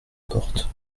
porte